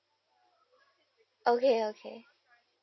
okay okay